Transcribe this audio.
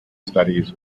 studies